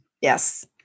Yes